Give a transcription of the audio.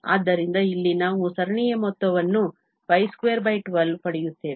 ಆದ್ದರಿಂದ ಇಲ್ಲಿ ನಾವು ಸರಣಿಯ ಮೊತ್ತವನ್ನು 212 ಪಡೆಯುತ್ತೇವೆ